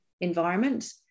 environment